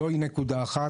זוהי נקודה אחת.